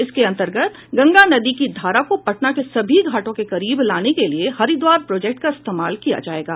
इसके अंतर्गत गंगा नदी की धारा को पटना के सभी घाटों के करीब लाने के लिए हरिद्वार प्रोजेक्ट का इस्तेमाल किया जायेगा